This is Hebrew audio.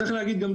צריך להגיד גם,